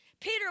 Peter